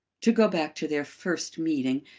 to go back to their first meeting,